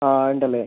ആ ഉണ്ട് അല്ലേ